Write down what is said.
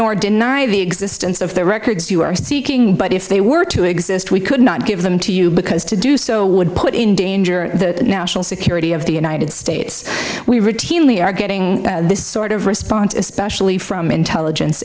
nor deny the existence of the records you are seeking but if they were to exist we could not give them to you because to do so would put in danger the national security of the united states we routinely are getting this sort of response especially from intelligence